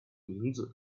名字